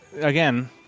again